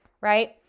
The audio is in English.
right